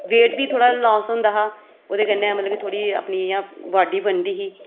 weight बी थोह्ड़ा loss होंदा हा ओह्दे कन्नै मतलब कि थोह्ड़ी अपनी इ'यां बाड्डी बनदी